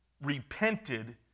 repented